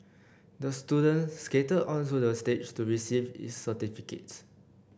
the student skated onto the stage to receive his certificate